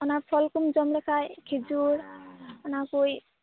ᱚᱱᱟ ᱯᱷᱚᱞᱠᱚᱢ ᱡᱚᱢᱞᱮᱠᱷᱟᱡ ᱠᱷᱤᱡᱩᱨ ᱚᱱᱟᱠᱩᱡ